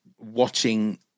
watching